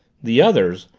the others,